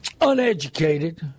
uneducated